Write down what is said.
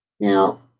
Now